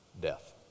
death